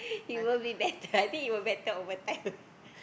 it will be better I think it will better over time